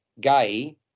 gay